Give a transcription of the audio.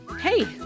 hey